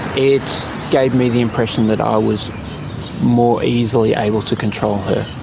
it gave me the impression that i was more easily able to control her.